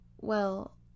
Well